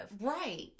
Right